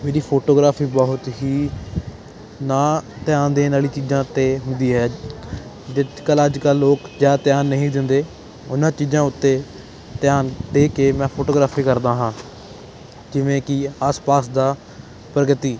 ਮੇਰੀ ਫੋਟੋਗ੍ਰਾਫੀ ਬਹੁਤ ਹੀ ਨਾ ਧਿਆਨ ਦੇਣ ਵਾਲੀਆਂ ਚੀਜ਼ਾਂ 'ਤੇ ਹੁੰਦੀ ਹੈ ਕਲਾ ਅੱਜ ਕੱਲ੍ਹ ਲੋਕ ਜ਼ਿਆਦਾ ਧਿਆਨ ਨਹੀਂ ਦਿੰਦੇ ਉਹਨਾਂ ਚੀਜ਼ਾਂ ਉੱਤੇ ਧਿਆਨ ਦੇ ਕੇ ਮੈਂ ਫੋਟੋਗ੍ਰਾਫੀ ਕਰਦਾ ਹਾਂ ਜਿਵੇਂ ਕਿ ਆਸ ਪਾਸ ਦਾ ਪ੍ਰਗਤੀ